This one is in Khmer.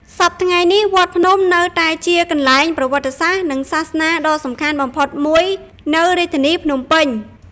សព្វថ្ងៃនេះ វត្តភ្នំ នៅតែជាកន្លែងប្រវត្តិសាស្ត្រ និងសាសនាដ៏សំខាន់បំផុតមួយនៅរាជធានីភ្នំពេញ។